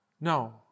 No